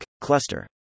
cluster